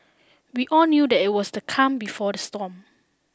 we all knew that it was the calm before the storm